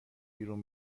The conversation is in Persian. بیرون